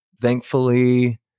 thankfully